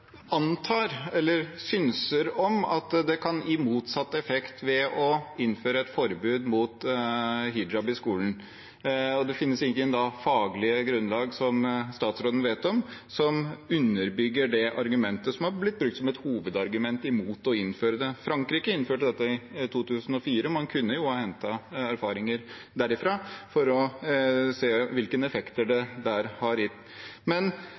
antar eller synser om at det kan gi motsatt effekt ved å innføre et forbud mot hijab i skolen, og at det da ikke finnes noe faglig grunnlag som statsråden vet om som underbygger det argumentet som har blitt brukt som et hovedargument mot å innføre det. Frankrike innførte dette i 2004. Man kunne jo ha hentet erfaringer derifra, for å se hvilke effekter det har gitt der. Det er mange som snakker om inkludering i